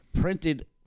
printed